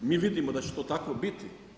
Mi vidimo da će to tako biti.